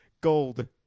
Gold